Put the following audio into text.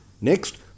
next